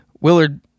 Willard